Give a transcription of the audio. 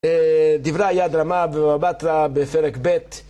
דבריי הדרמה בבא בטרא בפרק ב'